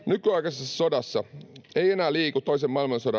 sodassa eivät enää liiku toisen